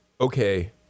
Okay